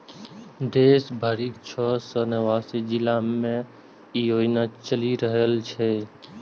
देश भरिक छह सय नवासी जिला मे ई योजना चलि रहल छै